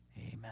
Amen